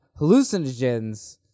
hallucinogens